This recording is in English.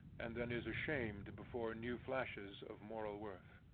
and then is ashamed before new flashes of moral worth.